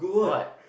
what